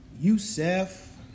Youssef